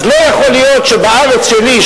אז לא יכול להיות שבארץ שלי,